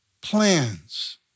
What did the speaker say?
plans